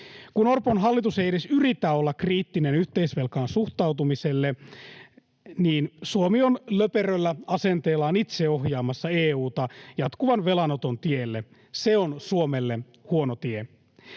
Kun Orpon hallitus ei edes yritä olla kriittinen yhteisvelkaan suhtautumiselle, niin Suomi on löperöllä asenteellaan itse ohjaamassa EU:ta jatkuvan velanoton tielle. Se on Suomelle huono tie.